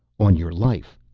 on your life,